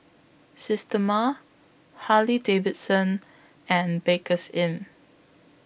Systema Harley Davidson and